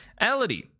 Ality